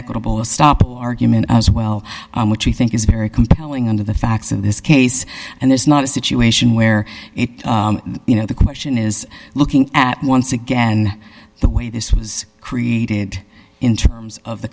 equitable stoppable argument as well which we think is very compelling under the facts of this case and there's not a situation where you know the question is looking at once again the way this was created in terms of the